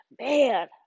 man